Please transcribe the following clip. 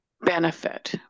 benefit